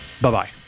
Bye-bye